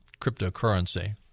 cryptocurrency